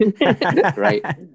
Right